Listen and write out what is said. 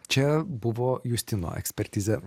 čia buvo justino ekspertizė